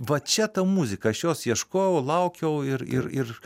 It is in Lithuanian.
va čia ta muzika aš jos ieškojau laukiau ir ir ir